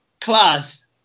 class